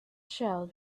shell